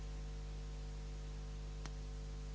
Hvala vam